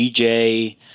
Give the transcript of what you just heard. DJ